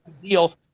deal